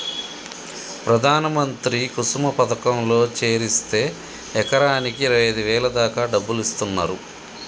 ప్రధాన మంత్రి కుసుమ పథకంలో చేరిస్తే ఎకరాకి అరవైఐదు వేల దాకా డబ్బులిస్తున్నరు